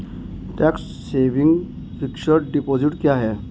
Tax saving fixed deposit क्या है?